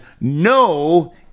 no